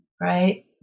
Right